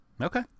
Okay